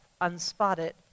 unspotted